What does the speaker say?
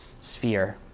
sphere